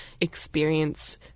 experience